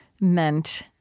meant